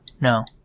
No